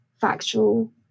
factual